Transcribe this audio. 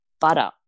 butter